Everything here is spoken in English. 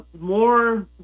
more